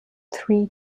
three